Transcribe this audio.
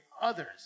others